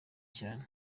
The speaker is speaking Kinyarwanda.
cyane